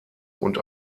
und